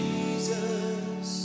Jesus